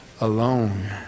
alone